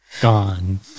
gone